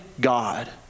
God